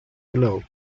below